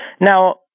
Now